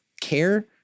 care